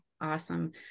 awesome